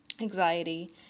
anxiety